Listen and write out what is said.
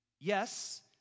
Yes